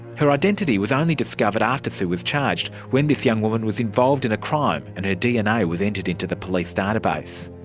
her identity was only discovered after sue was charged, when the young woman was involved in a crime and her ah dna was entered into the police database.